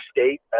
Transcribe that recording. State